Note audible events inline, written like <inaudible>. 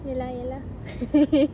ya lah ya lah <laughs>